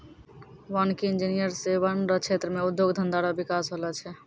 वानिकी इंजीनियर से वन रो क्षेत्र मे उद्योग धंधा रो बिकास होलो छै